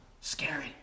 Scary